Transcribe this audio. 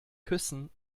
küssen